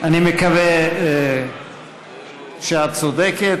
אני מקווה שאת צודקת.